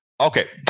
Okay